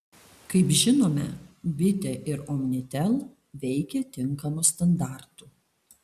kaip žinome bitė ir omnitel veikia tinkamu standartu